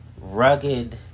Rugged